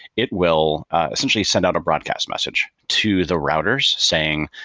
it will essentially send out a broadcast message to the routers saying,